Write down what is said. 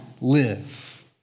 live